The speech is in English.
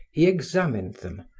he examined them,